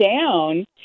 down